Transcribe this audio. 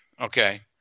Okay